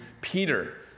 Peter